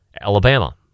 alabama